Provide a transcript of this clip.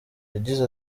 yagize